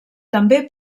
també